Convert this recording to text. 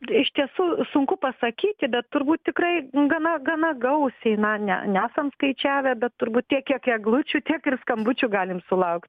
iš tiesų sunku pasakyti bet turbūt tikrai gana gana gausiai na ne ne nesam skaičiavę bet turbūt tiek kiek eglučių tiek ir skambučių galim sulauk